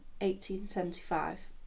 1875